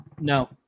No